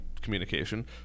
communication